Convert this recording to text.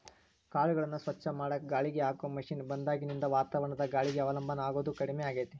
ಕಾಳುಗಳನ್ನ ಸ್ವಚ್ಛ ಮಾಡಾಕ ಗಾಳಿಗೆ ಹಾಕೋ ಮಷೇನ್ ಬಂದಾಗಿನಿಂದ ವಾತಾವರಣದ ಗಾಳಿಗೆ ಅವಲಂಬನ ಆಗೋದು ಕಡಿಮೆ ಆಗೇತಿ